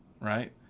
Right